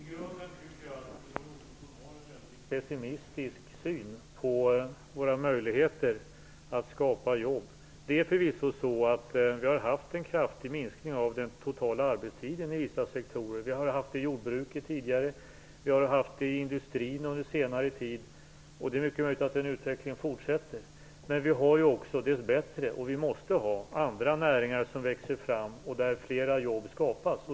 Fru talman! Jag tycker att Roy Ottosson har en i grunden väldigt pessimistisk syn på våra möjligheter att skapa jobb. Förvisso har vi haft en kraftig minskning av den totala arbetstiden i vissa sektorer. Vi har haft det i jordbruket tidigare, vi har haft det i industrin under senare tid och det är mycket möjligt att den utvecklingen fortsätter. Men dessbättre har vi också - måste ha - andra näringar som växer fram och där fler jobb skapas.